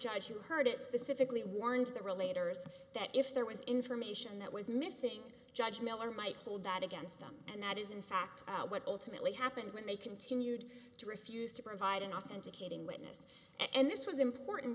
judge who heard it specifically warned that relator is that if there was information that was missing judge miller might hold that against them and that is in fact out what ultimately happened when they continued to refuse to provide an off indicating witness and this was important